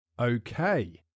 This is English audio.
Okay